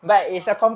ah